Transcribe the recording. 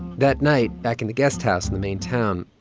that night, back in the guest house in the main town,